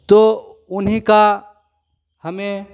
तो उन्हीं का हमें